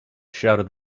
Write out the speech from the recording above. shouted